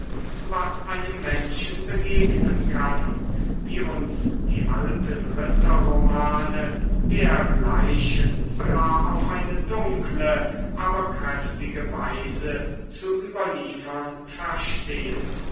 was einem menschen begegnen kann wie uns die alten ritterromane dergleichen zwar auf eine dunkle aber kräftige weise zu überliefern verstehen